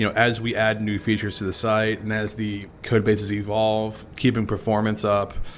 you know as we add new features to the site and as the code bases evolve, keeping performance up,